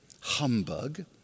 humbug